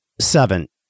Seven